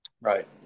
Right